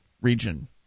region